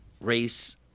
race